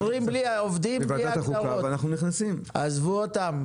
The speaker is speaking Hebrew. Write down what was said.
עזבו אותם.